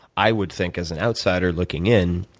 i would think as an outsider looking in,